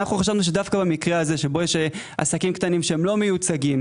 אנחנו חשבנו שדווקא במקרה הזה שבו יש עסקים קטנים שהם לא מיוצגים,